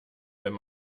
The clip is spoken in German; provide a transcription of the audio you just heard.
wenn